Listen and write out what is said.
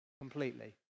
completely